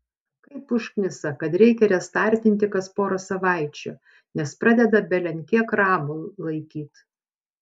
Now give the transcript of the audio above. kaip užknisa kad reikia restartinti kas porą savaičių nes pradeda belenkiek ramų laikyt